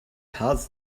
has